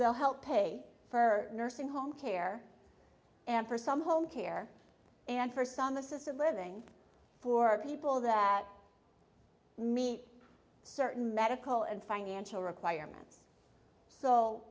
the help pay for nursing home care and for some home care and for some assisted living for people that meet certain medical and financial requirements so